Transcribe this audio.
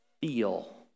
feel